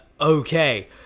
okay